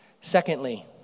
Secondly